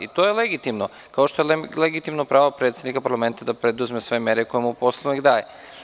I to je legitimno, kao što je legitimno pravo predsednika parlamenta da preduzme sve mere koje mu Poslovnik daje.